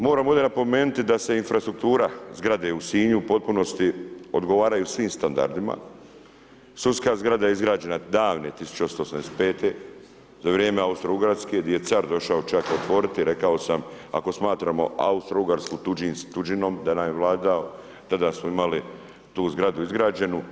Moram ovdje napomenuti da se infrastruktura zgrade u Sinju u potpunosti odgovaraju svim standardima, sudska zgrada je izgrađena davne 1885. za vrijeme Austro-ugarske gdje je car došao čak otvoriti, rekao sam ako smatramo Austro-ugarsku tuđom tuđinom da nam je vladao, tada smo imali tu zgradu izgrađenu.